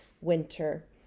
winter